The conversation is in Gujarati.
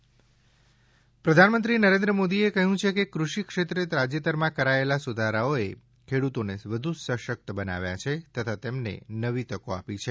મન કી બાત પ્રધાનમંત્રી નરેન્દ્ર મોદીએ કહ્યું છે કે કૃષિક્ષેત્રે તાજેતરમાં કરાયેલા સુધારાઓએ ખેડૂતોને વધુ સશક્ત બનાવ્યા છે તથા તેમને નવી તકો આપી છે